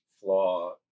flaw